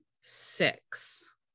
six